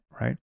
right